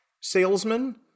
salesman